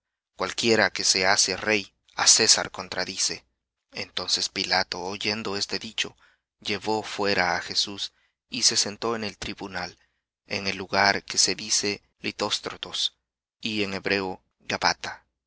cualquiera que se hace rey á césar contradice entonces pilato oyendo este dicho llevó fuera á jesús y se sentó en el tribunal en el lugar que se dice lithóstrotos y en hebreo